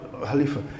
Halifa